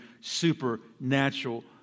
supernatural